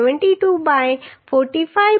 72 by 45